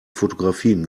fotografien